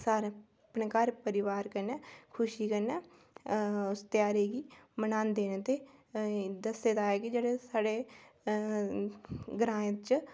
अपने घर परिवार कन्नै खुशी कन्नै उस ध्यारें गी मनांदे न ते दस्सेदा ऐ जे के ग्रां च